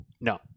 no